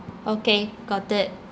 okay got it